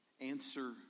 answer